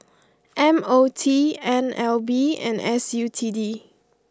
M O T N L B and S U T D